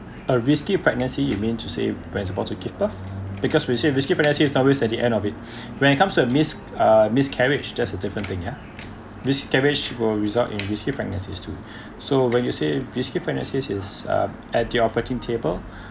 a risky pregnancy you mean to say when about to give birth because we say we risky pregnancy now whose at the end of it when it comes to a mis~ uh missed miscarriage that's a different thing yeah miscarriage will result in risky pregnancies too so when you say risky pregnancies is uh at the operating table